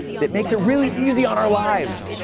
that makes it really easy on our lives,